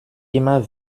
immer